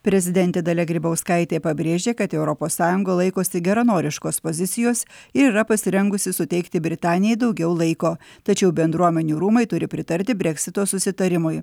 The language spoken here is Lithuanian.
prezidentė dalia grybauskaitė pabrėžė kad europos sąjunga laikosi geranoriškos pozicijos ir yra pasirengusi suteikti britanijai daugiau laiko tačiau bendruomenių rūmai turi pritarti breksito susitarimui